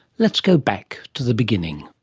let's go back to the beginning.